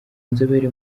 inzobere